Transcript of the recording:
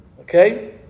Okay